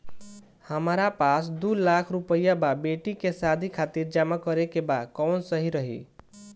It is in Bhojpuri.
हमरा पास दू लाख रुपया बा बेटी के शादी खातिर जमा करे के बा कवन सही रही?